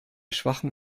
schwachem